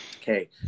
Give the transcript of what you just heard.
Okay